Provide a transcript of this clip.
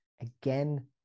again